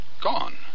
gone